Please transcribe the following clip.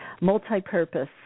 multi-purpose